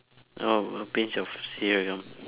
oh a pinch of seeragam